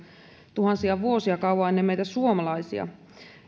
tuhansia vuosia kauan ennen meitä suomalaisia